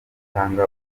udatanga